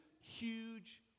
huge